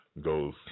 goes